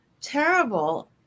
terrible